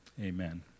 amen